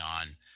on